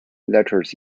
lettered